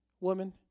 woman